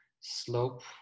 slope